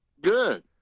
Good